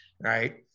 right